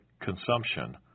consumption